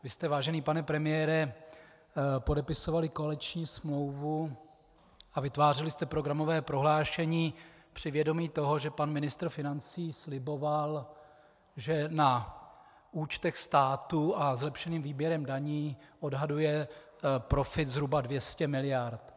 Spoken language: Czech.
Vy jste, vážený pane premiére, podepisovali koaliční smlouvu a vytvářeli jste programové prohlášení při vědomí toho, že pan ministr financí sliboval, že na účtech státu a zlepšeným výběrem daní odhaduje profit zhruba 200 miliard.